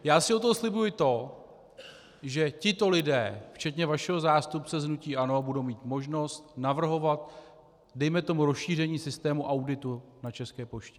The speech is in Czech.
Já si od toho slibuji to, že tito lidé včetně vašeho zástupce z hnutí ANO budou mít možnost navrhovat dejme tomu rozšíření systému auditu na České poště.